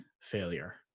failure